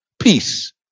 peace